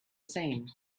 same